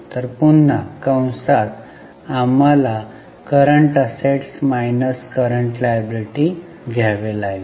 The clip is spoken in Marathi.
तर पुन्हा कंसात आम्हाला CA minus CL घ्यावे लागेल